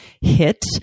hit